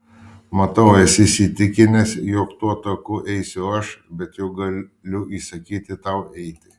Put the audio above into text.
matau esi įsitikinęs jog tuo taku eisiu aš bet juk galiu įsakyti tau eiti